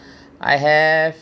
I have